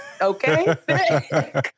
Okay